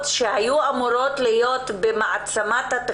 שהיו אמורות להיות א-ב במעצמת הסייבר